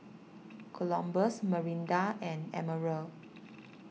Columbus Marinda and Emerald